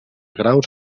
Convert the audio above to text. graus